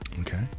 Okay